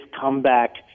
comeback